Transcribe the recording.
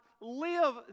live